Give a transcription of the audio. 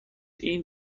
این